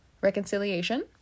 reconciliation